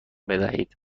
بدهید